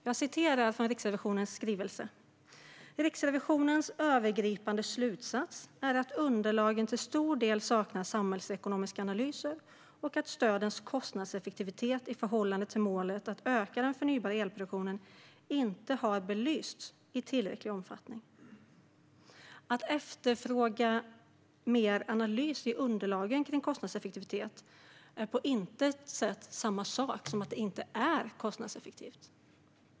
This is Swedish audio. Låt mig citera från Riksrevisionens skrivelse: "Riksrevisionens övergripande slutsats är att underlagen till stor del saknar samhällsekonomiska analyser och att stödens kostnadseffektivitet i förhållande till målet att öka den förnybara elproduktionen inte har belysts i tillräcklig omfattning." Att efterfråga mer analys i underlagen vad gäller kostnadseffektivitet är på intet sätt samma sak som att det inte är kostnadseffektivt.